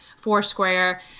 Foursquare